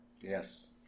Yes